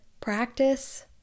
practice